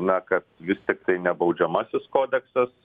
na kad vis tiktai ne baudžiamasis kodeksas